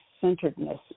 centeredness